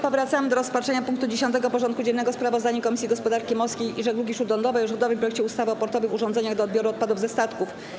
Powracamy do rozpatrzenia punktu 10. porządku dziennego: Sprawozdanie Komisji Gospodarki Morskiej i Żeglugi Śródlądowej o rządowym projekcie ustawy o portowych urządzeniach do odbioru odpadów ze statków.